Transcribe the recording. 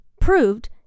proved